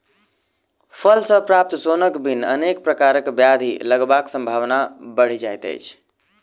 फल सॅ प्राप्त सोनक बिन अनेक प्रकारक ब्याधि लगबाक संभावना बढ़ि जाइत अछि